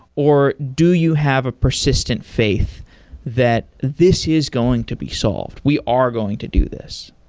or do you have a persistent faith that this is going to be solved. we are going to do this?